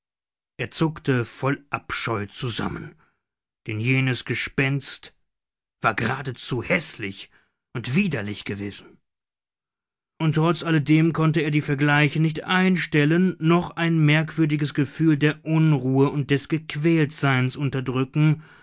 er zuckte voll abscheu zusammen denn jenes gespenst war geradezu häßlich und widerlich gewesen und trotz alledem konnte er die vergleiche nicht einstellen noch ein merkwürdiges gefühl der unruhe und des gequältseins unterdrücken